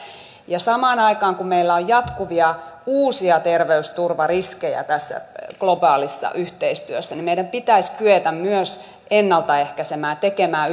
samaan aikaan kun meillä on jatkuvia uusia terveysturvariskejä tässä globaalissa yhteistyössä meidän pitäisi kyetä myös ennalta ehkäisemään tekemään